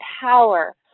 power